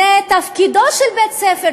זה תפקידו של בית-הספר,